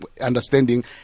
understanding